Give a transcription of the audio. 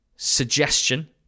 suggestion